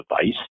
device